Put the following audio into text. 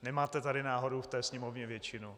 Nemáte tady náhodou v té Sněmovně většinu?